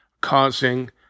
causing